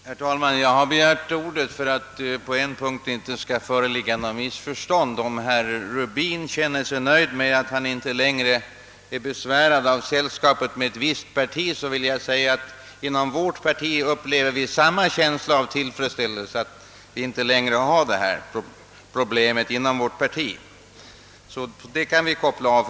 Herr talman! Jag har begvärt ordet för att det på ett par punkter inte skall föreligga något missförstånd. Om herr Rubin känner sig nöjd med att han inte längre är besvärad av sällskapet med ett visst parti vill jag framhålla, att vi inom vårt parti upplever samma känsla av tillfredsställelse över att detta problem inte längre existerar inom partiet.